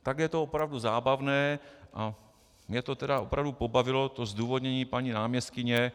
Takhle je to opravdu zábavné a mě tedy opravdu pobavilo to zdůvodnění paní náměstkyně.